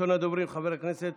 ראשון הדוברים, חבר הכנסת